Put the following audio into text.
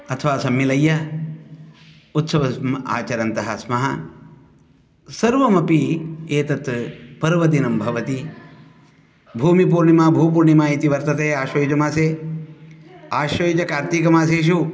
अथवा सम्मिल्य उत्सवम् आचरन्तः स्मः सर्वमपि एतत् पर्वदिनं भवति भूमिपूर्णिमा भूपूर्णिमा इति वर्तते आश्वयुजमासे आश्वयुजकार्तिकमासेषु